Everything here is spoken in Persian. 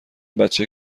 بچه